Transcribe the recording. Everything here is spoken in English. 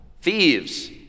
thieves